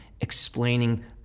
explaining